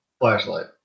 flashlight